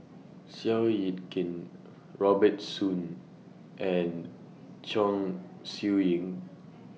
Seow Yit Kin Robert Soon and Chong Siew Ying